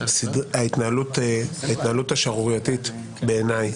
ההתנהלות השערורייתית בעיני,